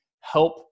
help